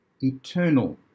eternal